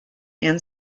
and